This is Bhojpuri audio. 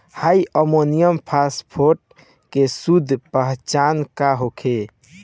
डाई अमोनियम फास्फेट के शुद्ध पहचान का होखे?